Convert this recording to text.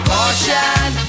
Caution